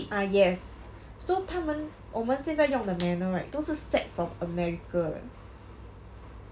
uh yes so 他们我们现在用的 manual right 都是 set from america 的